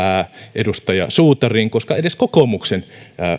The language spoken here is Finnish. edustaja suutariin koska edes kokoomuksen